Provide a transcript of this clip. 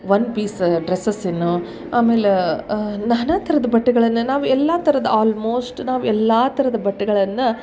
one piece ಡ್ರೆಸ್ಸಸನ್ನು ಆಮೇಲೆ ನಾನಾ ಥರದ ಬಟ್ಟೆಗಳನ್ನ ನಾವು ಎಲ್ಲ ಥರದ ಆಲ್ಮೋಸ್ಟ್ ನಾವು ಎಲ್ಲ ಥರದ ಬಟ್ಟೆಗಳನ್ನು